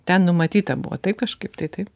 ten numatyta buvo taip kažkaip tai taip